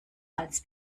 als